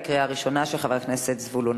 של חבר הכנסת זבולון